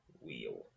wheel